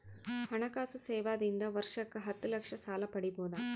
ಹಣಕಾಸು ಸೇವಾ ದಿಂದ ವರ್ಷಕ್ಕ ಹತ್ತ ಲಕ್ಷ ಸಾಲ ಪಡಿಬೋದ?